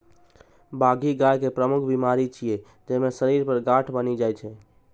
बाघी गाय के प्रमुख बीमारी छियै, जइमे शरीर पर गांठ बनि जाइ छै